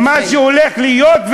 זה מה שהולך להיות,